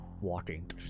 walking